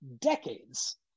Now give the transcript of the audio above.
decades